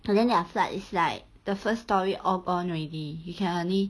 then their flood is like the first storey all gone already you can only